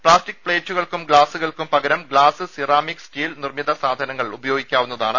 plastic പ്ലേറ്റുകൾക്കും ഗ്ലാസുകൾക്കും പകരം ഗ്ലാസ് സിറാമിക് സ്റ്റീൽ നിർമ്മിത സാധനങ്ങൾ ഉപയോഗിക്കാവുന്നതാണ്